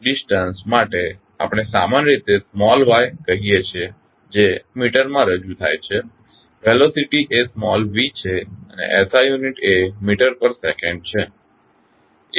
distance માટે આપણે સામાન્ય રીતે સ્મોલ y કહીએ છીએ જે મીટર માં રજૂ થાય છે વેલોસીટી એ સ્મોલ v છે અને SI યુનિટ એ મીટર પર સેકંડ છે